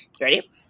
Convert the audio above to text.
Ready